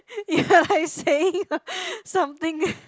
you're like saying ah something eh